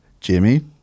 Jimmy